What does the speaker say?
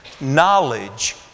knowledge